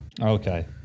Okay